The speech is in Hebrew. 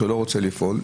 או שלא רוצה לפעול,